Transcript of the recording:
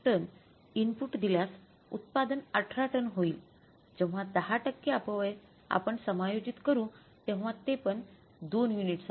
तर 20 ton input दिल्यास उत्पादन 18 टन होईल जेव्हा १० टक्के अपव्यय आपण समायोजित करू तेव्हा ते पण 2 युनिट्ससाठी